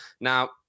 now